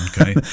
Okay